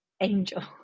angel